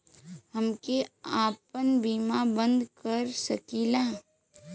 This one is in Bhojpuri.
हमके आपन बीमा बन्द कर सकीला?